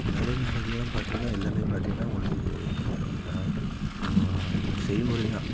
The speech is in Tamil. வெளிநாடுகள்லாம் பார்த்திங்கன்னா எல்லாமே பார்த்திங்கன்னா உங்களுக்கு செய்முறைதான்